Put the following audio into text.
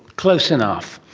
close enough.